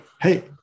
hey